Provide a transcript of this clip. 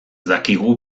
dakigu